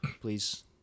Please